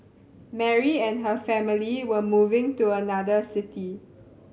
Mary and her family were moving to another city